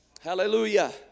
Hallelujah